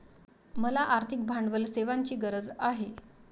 मला आर्थिक भांडवल सेवांची गरज आहे